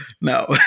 No